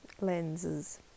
lenses